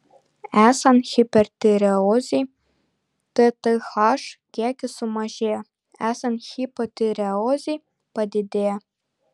esant hipertireozei tth kiekis sumažėja esant hipotireozei padidėja